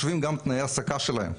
תנאי ההעסקה שלהם.